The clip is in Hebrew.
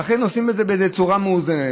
ולכן עושים את זה בצורה מאוזנת.